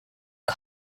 the